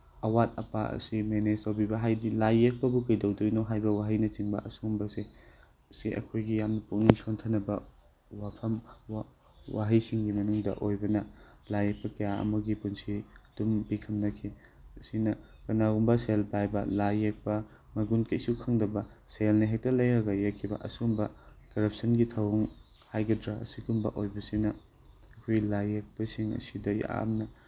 ꯑꯋꯥꯠ ꯑꯄꯥ ꯑꯁꯤ ꯃꯦꯅꯦꯖ ꯇꯧꯕꯤꯕ ꯍꯥꯏꯕꯗꯤ ꯂꯥꯏ ꯌꯦꯛꯄꯕꯨ ꯀꯩꯗꯧꯗꯣꯏꯅꯣ ꯍꯥꯏꯕ ꯋꯥꯍꯩꯅꯆꯤꯡꯕ ꯁꯨꯒꯨꯝꯕꯁꯦ ꯁꯤ ꯑꯩꯈꯣꯏꯒꯤ ꯌꯥꯝꯅ ꯄꯨꯛꯅꯤꯡ ꯁꯣꯟꯊꯅꯕ ꯋꯥꯐꯝ ꯋꯥꯍꯩꯁꯤꯡꯒꯤ ꯃꯅꯨꯡꯗ ꯑꯣꯏꯕꯅ ꯂꯥꯏ ꯌꯦꯛꯄ ꯀꯌꯥ ꯑꯃꯒꯤ ꯄꯨꯟꯁꯤ ꯑꯗꯨꯝ ꯄꯤꯈꯝꯅꯈꯤ ꯑꯁꯤꯅ ꯀꯅꯥꯒꯨꯝꯕ ꯁꯦꯜ ꯄꯥꯏꯕ ꯂꯥꯏ ꯌꯦꯛꯄ ꯃꯒꯨꯟ ꯀꯩꯁꯨ ꯈꯪꯗꯕ ꯁꯦꯜꯅ ꯍꯦꯛꯇ ꯂꯩꯔꯒ ꯌꯦꯛꯈꯤꯕ ꯑꯁꯤꯒꯨꯝꯕ ꯀꯔꯞꯁꯟꯒꯤ ꯊꯧꯑꯣꯡ ꯍꯥꯏꯒꯗ꯭ꯔꯥ ꯁꯨꯒꯨꯝꯕ ꯑꯣꯏꯕꯁꯤꯅ ꯑꯩꯈꯣꯏꯒꯤ ꯂꯥꯏ ꯌꯦꯛꯄꯁꯤꯡ ꯑꯁꯤꯗ ꯌꯥꯝꯅ